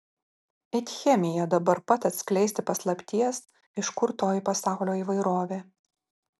it chemija dabar pat atskleisti paslapties iš kur toji pasaulio įvairovė